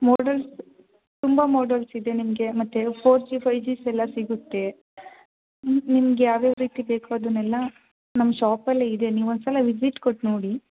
models ತುಂಬ models ಇದೆ ನಿಮಗೆ ಮತ್ತು ಫೋರ್ ಜಿ ಫೈ ಜಿಸ್ ಎಲ್ಲ ಸಿಗುತ್ತೆ ನಿಮ್ಗೆ ಯಾವ ಯಾವ ರೀತಿ ಬೇಕೋ ಅದನ್ನೆಲ್ಲ ನಮ್ಮ ಶಾಪಲ್ಲಿ ಇದೆ ನೀವು ಒಂದು ಸಲ ವಿಸಿಟ್ ಕೊಟ್ಟು ನೋಡಿ